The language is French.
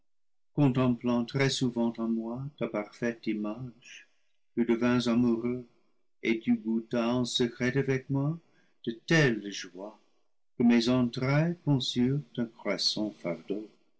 très-souvent en moi ta parfaite image tu devins amoureux et tu goûtas en secret avec moi de telles joies que mes entrailles conçurent un croissant fardeau